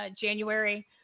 January